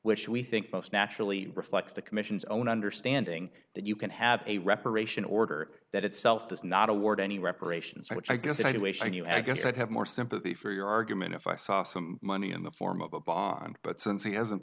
which we think most naturally reflects the commission's own understanding that you can have a reparation order that itself does not award any reparations which i guess i do wish i knew i guess i'd have more sympathy for your argument if i saw some money in the form of a bond but since he hasn't